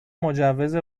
مجوز